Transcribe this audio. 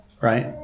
Right